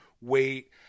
wait